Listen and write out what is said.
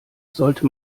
sollte